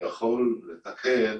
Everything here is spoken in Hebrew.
יכול לתקן